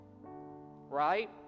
Right